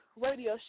radio